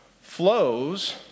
flows